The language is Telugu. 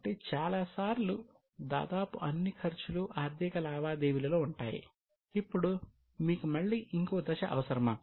కాబట్టి చాలా సార్లు దాదాపు అన్ని ఖర్చులు ఆర్థిక లావాదేవీలలో ఉంటాయి అప్పుడు మీకు మళ్ళీ ఇంకో దశ అవసరమా